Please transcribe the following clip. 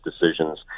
decisions